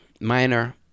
minor